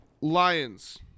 Lions